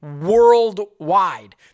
worldwide